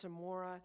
samora